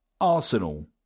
Arsenal